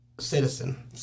citizen